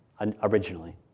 originally